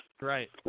Right